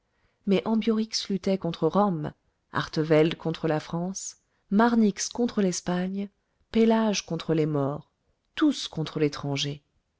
mais ambiorix luttait contre rome artevelde contre la france marnix contre l'espagne pélage contre les maures tous contre l'étranger